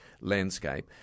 landscape